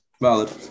Valid